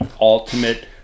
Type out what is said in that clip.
ultimate